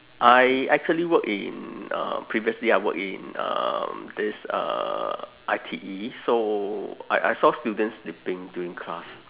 I actually worked in uh previously I worked in um this uh I_T_E so I I saw students sleeping during class